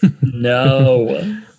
No